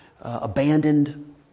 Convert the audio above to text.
abandoned